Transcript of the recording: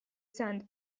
sand